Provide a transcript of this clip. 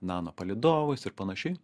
nanopalydovais ir panašiai